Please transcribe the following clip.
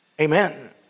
Amen